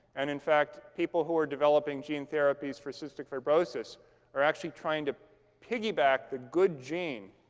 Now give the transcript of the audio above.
and in fact, people who are developing gene therapies for cystic fibrosis are actually trying to piggyback the good gene,